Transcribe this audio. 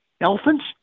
Elephants